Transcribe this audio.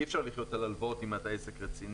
אי אפשר לחיות על הלוואות אם אתה עסק רציני.